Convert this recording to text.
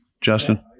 justin